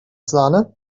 sahne